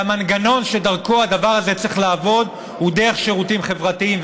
והמנגנון שדרכו הדבר הזה צריך לעבוד הוא שירותים חברתיים.